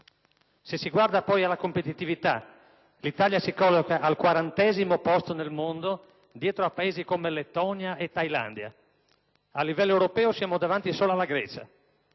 Se si guarda poi alla competitività, l'Italia si colloca al 40° posto nel mondo, dietro a Paesi come Lettonia e Thailandia. A livello europeo siamo davanti solo alla Grecia.